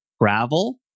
gravel